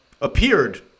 appeared